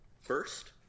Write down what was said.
First